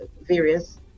various